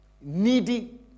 needy